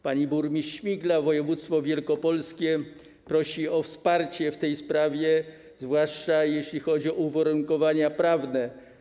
Pani burmistrz Śmigla w województwie wielkopolskim prosi o wsparcie w tej sprawie, zwłaszcza jeśli chodzi o uwarunkowania prawne.